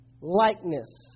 likeness